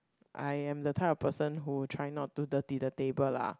I am the type of person who tried not to dirty the table lah